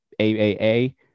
AAA